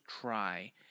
try